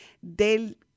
del